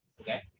Okay